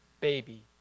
baby